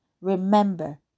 remember